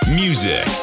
music